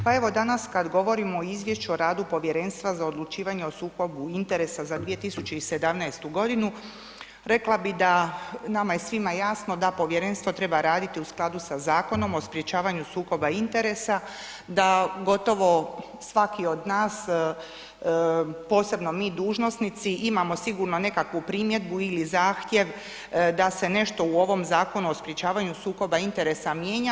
Pa evo danas kada govorimo o Izvješću o radu Povjerenstva za odlučivanje o sukobu interesa za 2017. godinu rekla bih da nama je svima jasno da Povjerenstvo treba raditi u skladu sa Zakonom o sprječavanju sukoba interesa, da gotovo svaki od nas posebno mi dužnosnici imamo sigurno nekakvu primjedbu ili zahtjev da se nešto u ovome Zakonu o sprječavanju sukoba interesa mijenja.